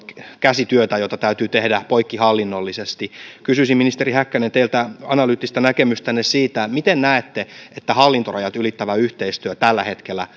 käsityötä jota täytyy tehdä poikkihallinnollisesti kysyisin ministeri häkkänen teiltä analyyttistä näkemystänne siitä miten näette että hallintorajat ylittävä yhteistyö tällä hetkellä